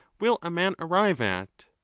will a man arrive at!